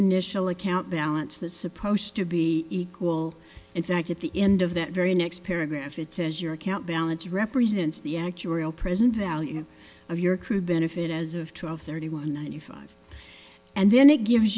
initial account balance that supposed to be equal in fact at the end of that very next paragraph it says your account balance represents the actuarial present value of your crew benefit as of twelve thirty one ninety five and then it gives